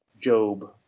Job